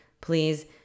please